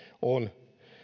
on